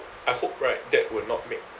I hope right that will not make